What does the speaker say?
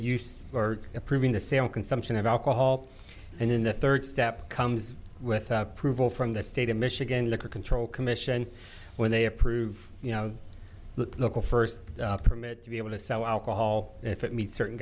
use or approving the sale consumption of alcohol and then the third step comes with approval from the state of michigan liquor control commission when they approve you know the local first permit to be able to sell alcohol if it meets certain